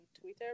Twitter